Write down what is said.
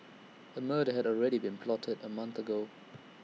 A murder had already been plotted A month ago